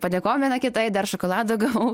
padėkojom viena kitai dar šokolado gavau